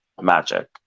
magic